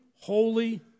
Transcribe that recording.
holy